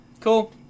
cool